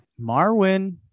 Marwin